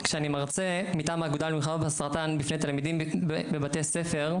כשאני מרצה מטעם האגודה למלחמה בסרטן בפני תלמידים בבתי ספר,